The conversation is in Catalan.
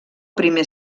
primer